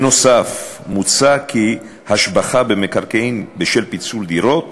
נוסף על כך מוצע כי השבחה במקרקעין בשל פיצול דירות